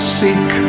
seek